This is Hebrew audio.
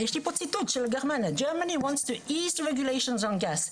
יש לי פה ציטוט של גרמניה -"Germany wants to east generation on gas"